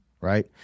Right